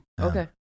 okay